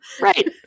Right